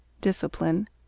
Discipline